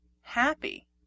happy